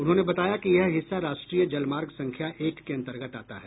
उन्होंने बताया कि यह हिस्सा राष्ट्रीय जलमार्ग संख्या एक के अंतर्गत आता है